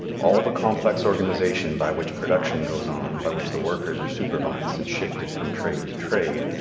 all the complex organization by which production goes on by which the workers are supervised and shifted from trade trade,